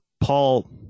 Paul